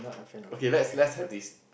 okay let's let's heard this